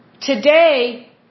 Today